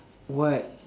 what